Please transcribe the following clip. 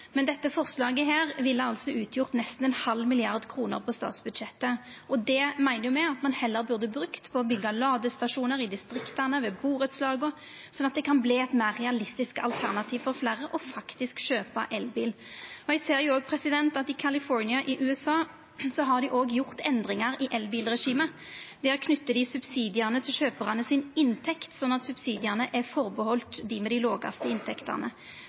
Dette forslaget ville utgjort nesten ein halv milliard kroner på statsbudsjettet. Det meiner me at ein heller burde brukt på å byggja ladestasjonar i distrikta og ved burettslag, slik at det kunne verta eit meir realistisk alternativ for fleire å kjøpa elbil. Me ser at i California i USA har ein gjort endringar i elbilregimet ved å knyta subsidiane til inntekta til kjøparane, slik at subsidiane gjeld for dei med dei lågaste inntektene.